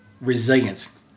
resilience